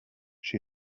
she